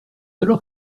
alors